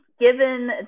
Given